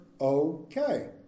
okay